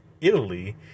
Italy